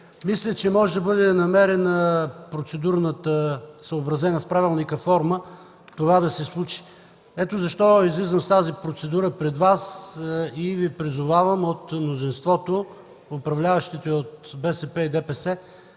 Мисля, че може да бъде намерена процедурната форма, съобразена с правилника, това да се случи. Ето защо излизам с тази процедура пред Вас и призовавам мнозинството - управляващите от БСП и ДПС,